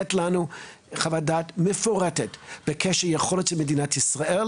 לתת לנו חוות דעת מפורטת בקשר ליכולת של מדינת ישראל